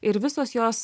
ir visos jos